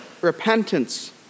repentance